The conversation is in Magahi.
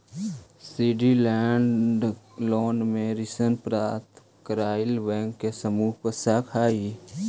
सिंडीकेटेड लोन में ऋण प्रदाता कइएगो बैंक के समूह हो सकऽ हई